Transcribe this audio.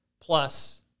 plus